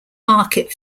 market